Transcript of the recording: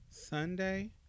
Sunday